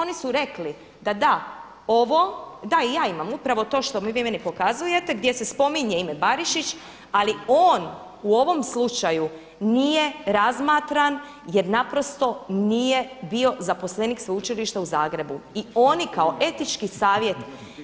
Oni su rekli da da ovo, da i ja imam upravo to što vi meni pokazujete gdje se spominje ime Barišić, ali on u ovom slučaju nije razmatran je naprosto nije bio zaposlenik Sveučilišta u Zagrebu i oni kao etički savjet